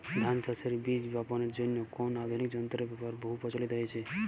ধান চাষের বীজ বাপনের জন্য কোন আধুনিক যন্ত্রের ব্যাবহার বহু প্রচলিত হয়েছে?